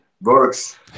works